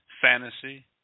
fantasy